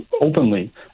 openly